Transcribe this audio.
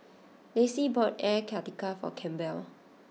Lacy bought Air Karthira for Campbell